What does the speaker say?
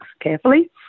carefully